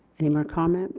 any more comments